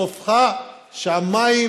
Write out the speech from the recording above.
סופך שהמים